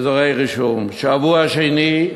שבוע שני,